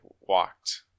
walked